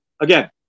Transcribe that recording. again